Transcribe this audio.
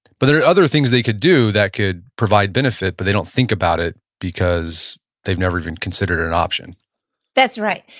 but there are other things they could do that could provide benefit, but they don't think about it because they've never even considered it an option that's right.